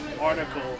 article